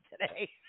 today